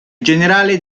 generale